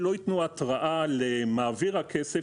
למה שלא ייתנו התראה למעביר הכסף,